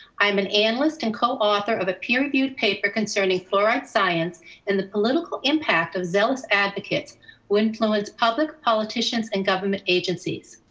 i'm an analyst and co-author of a peer reviewed paper concerning fluoride science and the political impact of zealous advocates would influence public politicians and government agencies.